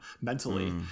mentally